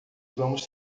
vamos